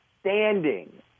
standing